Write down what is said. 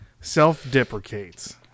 self-deprecates